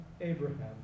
Abraham